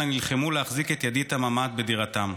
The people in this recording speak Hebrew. נלחמו להחזיק את ידית הממ"ד בדירתם.